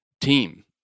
team